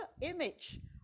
image